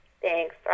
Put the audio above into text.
Thanks